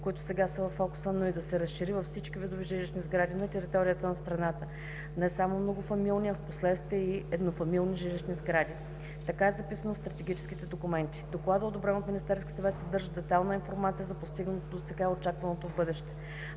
които сега са във фокуса, но и да се разшири към всички видове жилищни сгради на територията на страната, не само многофамилните, а впоследствие и еднофамилните жилищни сгради. Така е записано и в стратегическите документи. Докладът, одобрен от Министерския съвет, съдържа детайлна информация за постигнатото досега и очакваното в бъдеще.